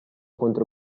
contro